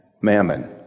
mammon